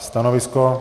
Stanovisko?